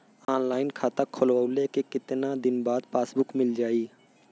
Online खाता खोलवईले के कितना दिन बाद पासबुक मील जाई?